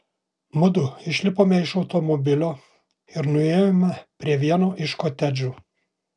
mudu išlipome iš automobilio ir nuėjome prie vieno iš kotedžų